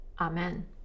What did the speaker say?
Amen